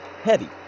heavy